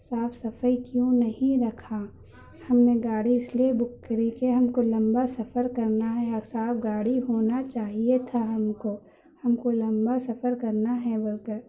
صاف صفائی کیوں نہیں رکھا ہم نے گاڑی اس لیے بک کری کہ ہم کو لمبا سفر کرنا ہی ہے صاف گاڑی ہونا چاہیے تھا ہم کو ہم کو لمبا سفر کرنا ہے اگر کہ